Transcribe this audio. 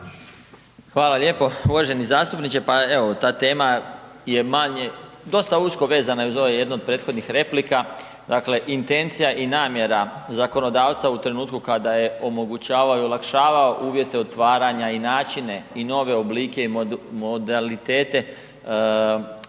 Hvala lijepo. Uvaženi zastupniče, pa evo ta tema je manje, dosta usko vezana i uz ove jednu od prethodnih replika, dakle intencija i namjera zakonodavca u trenutku kada je omogućavao i olakšavao uvjete otvaranja i načine i nove oblike i modalitete